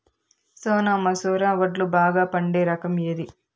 సోనా మసూర వడ్లు బాగా పండే రకం ఏది